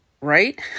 Right